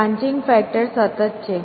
branching factor સતત છે